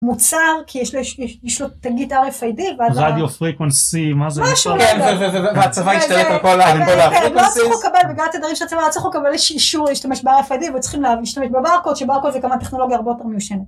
מוצר כי יש לו תגיד RFID, רדיו פריקונסי, משהו, והצבא משתלט על כל הפריקוונסיז, והצבא צריך לקבל אישורי להשתמש ב-RFID וצריכים להשתמש בברקוד שברקוד זו כמה טכנולוגיות הרבה יותר מיושנת.